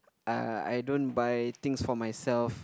uh I don't buy things for myself